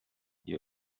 you